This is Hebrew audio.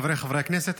חבריי חברי הכנסת,